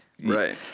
Right